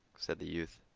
said the youth.